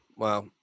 Wow